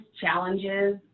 challenges